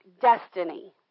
destiny